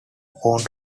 want